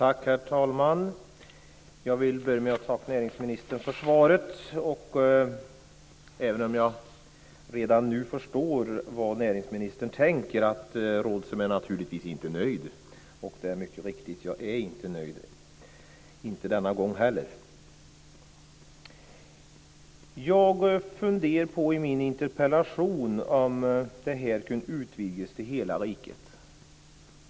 Herr talman! Jag vill börja med att tacka näringsministern för svaret, även om jag redan nu förstår att näringsministern tänker att Rådhström naturligtvis inte är nöjd. Det är mycket riktigt. Jag är inte nöjd - inte denna gång heller. Jag funderar i min interpellation på om detta projekt hade kunnat utvidgas till hela riket.